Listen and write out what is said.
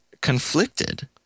conflicted